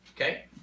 okay